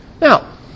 Now